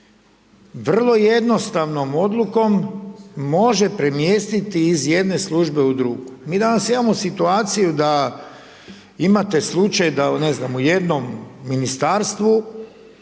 vrlo jednostavnom odlukom može premjestiti iz jedne službe u drugu. Mi danas imamo situaciju da imate slučaj da u jednom ministarstvu,